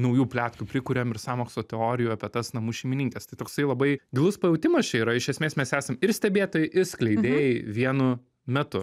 naujų pletkų prikuriam ir sąmokslo teorijų apie tas namų šeimininkes tai toksai labai gilus pajautimas čia yra iš esmės mes esam ir stebėtojai ir skleidėjai vienu metu